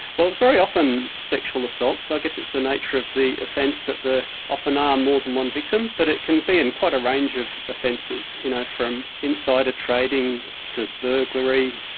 well, it's very often sexual assaults. i guess it's the nature of the offence that there often are more than one victim, but it can be in quite a range of offences. you know, from insider trading to burglary,